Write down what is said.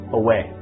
away